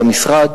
במשרד.